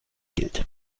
gilt